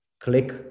click